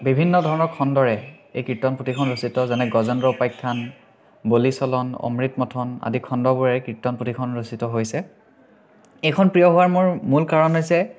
বিভিন্ন ধৰণৰ খণ্ডৰে এই কীৰ্তন পুথিখন ৰচিত যেনে গজেন্দ্ৰ উপাখ্যান বলি চলন অমৃত মন্থন আদি খণ্ডবোৰেৰে কীৰ্তন পুথিখন ৰচিত হৈছে এইখন প্ৰিয় হোৱাৰ মোৰ মূল কাৰণ হৈছে